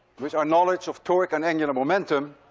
with our knowledge of torque and angular momentum,